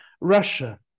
Russia